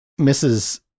Mrs